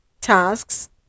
tasks